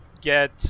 get